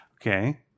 Okay